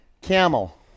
Camel